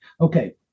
okay